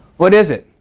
what is it?